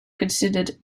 considered